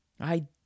I